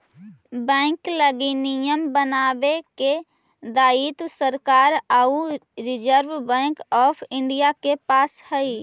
bank लगी नियम बनावे के दायित्व सरकार आउ रिजर्व बैंक ऑफ इंडिया के पास हइ